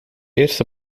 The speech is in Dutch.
eerste